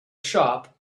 shop